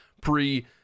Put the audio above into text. pre